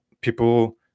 people